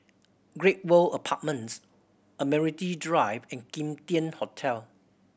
Great World Apartments Admiralty Drive and Kim Tian Hotel